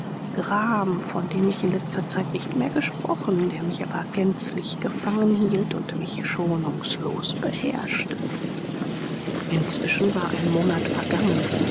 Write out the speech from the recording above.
gram von dem ich in letzter zeit nicht mehr gesprochen der mich aber gänzlich gefangen hielt und mich schonungslos beherrschte inzwischen war ein monat vergangen